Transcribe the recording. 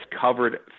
covered